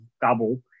double